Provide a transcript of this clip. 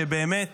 שבאמת